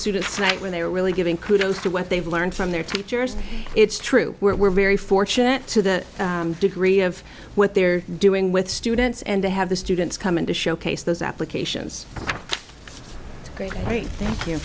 tonight when they are really giving kudos to what they've learned from their teachers it's true we're very fortunate to the degree of what they're doing with students and to have the students come in to showcase those applications right thank you